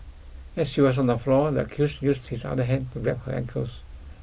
as she was on the floor the accused used his other hand to grab her ankles